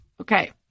Okay